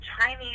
chinese